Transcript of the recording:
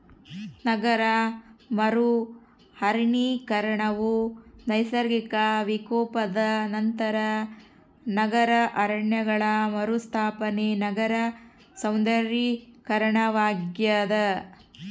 ನಗರ ಮರು ಅರಣ್ಯೀಕರಣವು ನೈಸರ್ಗಿಕ ವಿಕೋಪದ ನಂತರ ನಗರ ಅರಣ್ಯಗಳ ಮರುಸ್ಥಾಪನೆ ನಗರ ಸೌಂದರ್ಯೀಕರಣವಾಗ್ಯದ